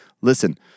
Listen